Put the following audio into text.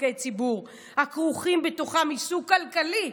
בצורכי ציבור הכורכים בתוכם עיסוק כלכלי,